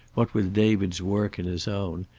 what with david's work and his own,